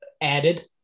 added